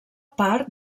part